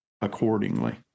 accordingly